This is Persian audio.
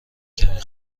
کمی